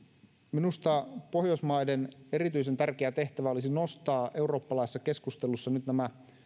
minusta pohjoismaiden erityisen tärkeä tehtävä olisi nyt nostaa eurooppalaisessa keskustelussa nämä